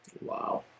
Wow